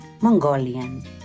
Mongolian